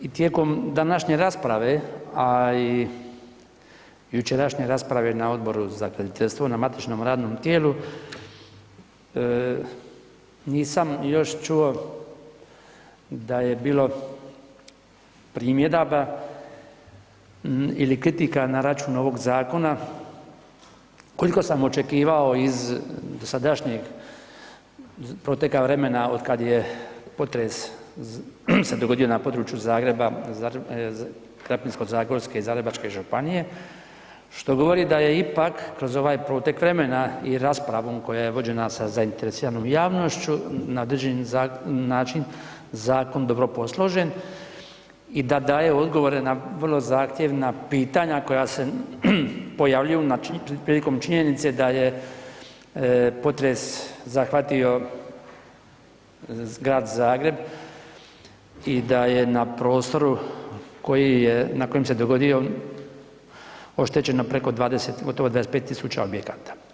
I tijekom današnje rasprave, a i jučerašnje rasprave na Odboru za graditeljstvo na matičnom radnom tijelu nisam još čuo da je bilo primjedaba ili kritika na račun ovog zakona, koliko sam očekivao iz dosadašnjeg proteka vremena od kada se dogodio potres na području Zagreba, Krapinsko-zagorske i Zagrebačke županije što govori da je ipak kroz ovaj protek vremena i raspravom koja je vođena sa zainteresiranom javnošću na određeni način zakon dobro posložen i da daje odgovore na vrlo zahtjevna pitanja koja se pojavljuju prilikom činjenice da je potres zahvatio Grad Zagreb i da je na prostoru na kojem se dogodio oštećeno gotovo 25.000 objekata.